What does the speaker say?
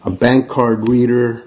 a bank card reader